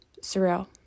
Surreal